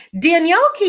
Danielle